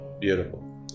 Beautiful